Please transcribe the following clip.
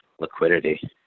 liquidity